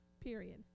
period